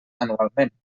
anualment